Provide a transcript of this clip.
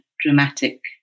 dramatic